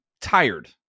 tired